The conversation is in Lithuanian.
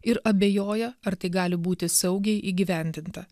ir abejoja ar tai gali būti saugiai įgyvendinta